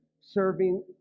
serving